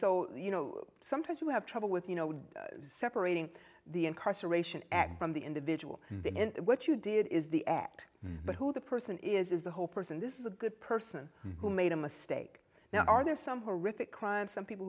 so you know sometimes you have trouble with you know separating the incarceration act from the individual and what you did is the act but who the person is is the whole person this is a good person who made a mistake now are there some horrific crimes some people